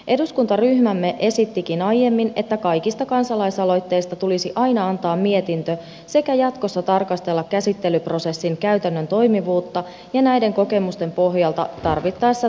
eduskuntaryhmämme esittikin aiemmin että kaikista kansalaisaloitteista tulisi aina antaa mietintö sekä jatkossa tarkastella käsittelyprosessin käytännön toimivuutta ja näiden kokemusten pohjalta tarvittaessa tarkistaa menettelytapoja